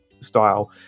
style